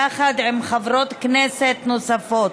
יחד עם חברות כנסת נוספות.